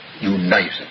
united